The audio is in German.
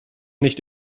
nicht